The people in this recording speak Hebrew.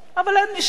אבל אין מי שיפסיק.